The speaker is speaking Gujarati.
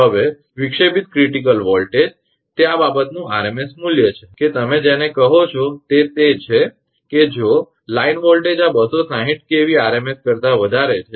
હવે વિક્ષેપિત ક્રિટીકલ વોલ્ટેજ તે આ બાબતનું rms મૂલ્ય છે કે તમે જેને કહો છો તે તે છે કે જો લાઇન વોલ્ટેજ આ 260 𝑘𝑉 𝑟𝑚𝑠 કરતા વધારે છે